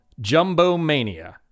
Jumbo-mania